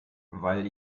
weil